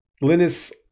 Linus